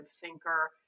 thinker